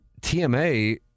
TMA